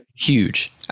Huge